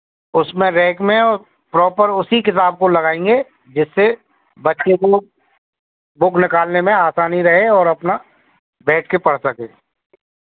उसमें रैक में और प्रॉपर उसी किताब को लगाएँगे जिससे बच्चे को बुक निकालने में आसानी रहे और अपना बैठ कर पढ़ सकें